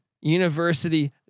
University